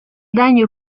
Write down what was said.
daño